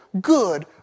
good